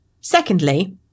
Secondly